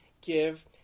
give